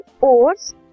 ores